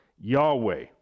Yahweh